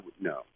No